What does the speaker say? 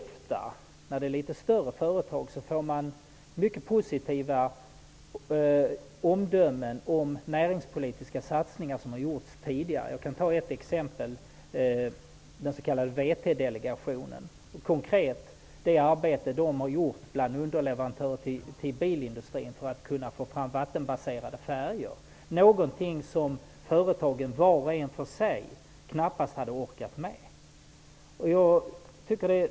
Från större företag får man ofta höra mycket positiva omdömen om näringspolitiska satsningar som har gjorts tidigare. Jag kan som exempel ta den s.k. VT-delegationen, som utförde ett konkret arbete bland underleverantörer till bilindustrin för att få fram vattenbaserade färger. Det var någonting som företagen knappast hade orkat med vart och ett för sig.